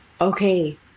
Okay